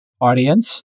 audience